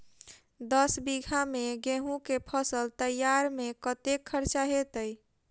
दस बीघा मे गेंहूँ केँ फसल तैयार मे कतेक खर्चा हेतइ?